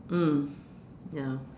mm ya